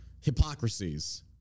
hypocrisies